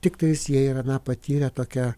tiktai jie yra na patyrę tokią